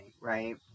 Right